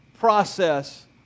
process